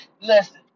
Listen